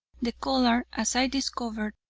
the collar, as i discovered,